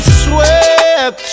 sweat